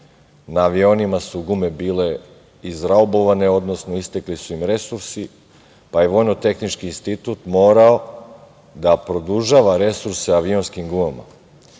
Na avionima su gume bile izraubovane, odnosno istekli su im resursi, pa ja Vojnotehnički institut morao da produžava resurse na avionskim gumama.